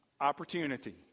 opportunity